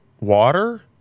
water